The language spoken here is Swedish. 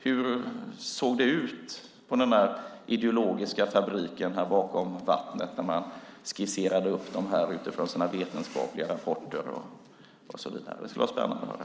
Hur såg det ut på den ideologiska fabriken här på andra sidan vattnet när man skisserade upp reglerna utifrån sina vetenskapliga rapporter och så vidare? Det skulle vara spännande att höra.